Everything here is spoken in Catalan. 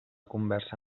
conversa